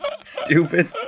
Stupid